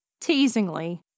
Teasingly